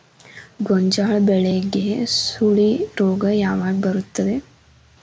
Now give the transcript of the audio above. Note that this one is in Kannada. ಗೋಂಜಾಳ ಬೆಳೆಗೆ ಸುಳಿ ರೋಗ ಯಾವಾಗ ಬರುತ್ತದೆ?